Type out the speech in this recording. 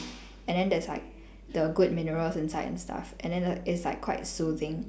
and then there's like the good minerals inside and stuff and then it's like quite soothing